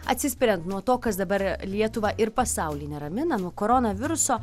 atsispirian nuo to kas dabar lietuvą ir pasaulį neramina nuo koronaviruso